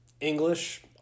English